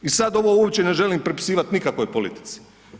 I sad ovo uopće ne želim pripisivat nikakvoj politici.